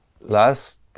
last